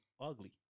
ugly